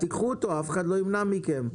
תיקחו אותו ואף אחד לא ימנע מכם,